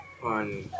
On